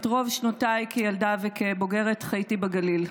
רוב שנותיי כילדה וכבוגרת חייתי בגליל.